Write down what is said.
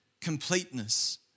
completeness